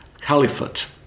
caliphate